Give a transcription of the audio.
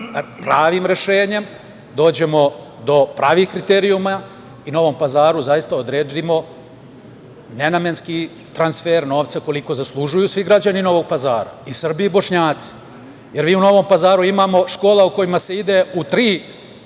pravim rešenjem dođemo do pravih kriterijuma i Novom Pazaru zaista odredimo nenamenski transfer novca koliko zaslužuju svi građani Novog Pazara, i Srbi i BošnjaciMi u Novom Pazaru imamo škole u kojima se ide u tri smene